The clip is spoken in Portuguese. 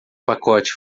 pacote